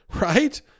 right